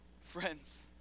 Friends